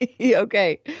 Okay